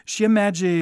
šie medžiai